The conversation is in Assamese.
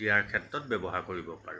দিয়াৰ ক্ষেত্ৰত ব্য়ৱহাৰ কৰিব পাৰোঁ